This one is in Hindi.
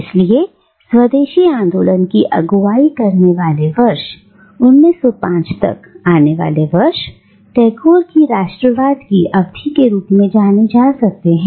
इसलिए स्वदेशी आंदोलन की अगुवाई करने वाले वर्ष 1905 तक आने वाले वर्ष टैगोर की राष्ट्रवाद की अवधि के रूप में जाने जा सकते हैं